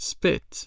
Spit